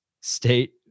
state